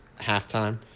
halftime